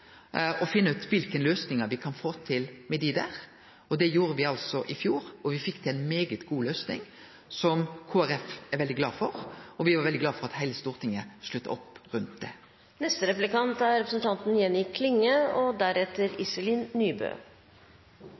og finne ut kva løysingar me kan få til med dei. Det gjorde me i fjor, og me fekk til ei svært god løysing, som Kristeleg Folkeparti er veldig glad for. Me er òg veldig glad for at heile Stortinget slutta opp om det. Kristeleg Folkeparti er ein del av det parlamentariske grunnlaget til regjeringa, noko som både forpliktar og